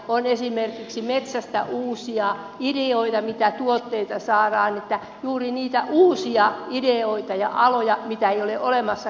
on esimerkiksi metsästä uusia ideoita mitä tuotteita saadaan että juuri niitä uusia ideoita ja aloja mitä ei ole olemassakaan